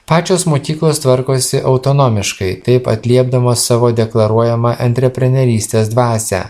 pačios mokyklos tvarkosi autonomiškai taip atliepdamos savo deklaruojamą antreprenerystės dvasią